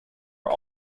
are